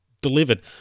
delivered